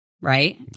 Right